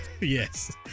Yes